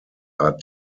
are